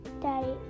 Daddy